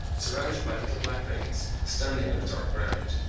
surrounded by little black rings, standing on a dark ground.